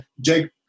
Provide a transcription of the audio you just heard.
Jake